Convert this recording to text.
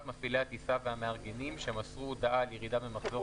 מפעילי הטיסה והמארגנים שמסרו הודעה על ירידה במחזור